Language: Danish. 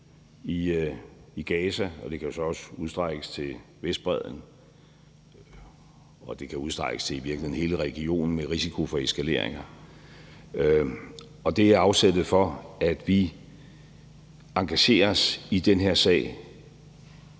i Gaza, og det kan jo så også udstrækkes til Vestbredden, og det kan i virkeligheden udstrækkes til hele regionen med risiko for eskaleringer. Det er afsættet for, at vi engagerer os i den her sag